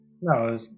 No